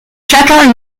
chacun